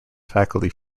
faculty